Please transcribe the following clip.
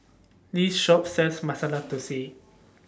This Shop sells Masala Thosai